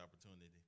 opportunity